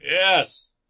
Yes